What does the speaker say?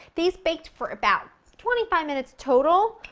these baked for about twenty five minutes total,